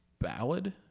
ballad